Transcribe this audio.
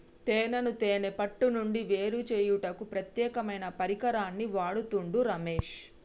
తేనెను తేనే పట్టు నుండి వేరుచేయుటకు ప్రత్యేకమైన పరికరాన్ని వాడుతుండు రమేష్